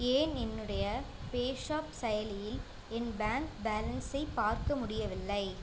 ஏன் என்னுடைய பேஸாப் செயலியில் என் பேங்க் பேலன்ஸை பார்க்க முடியவில்லை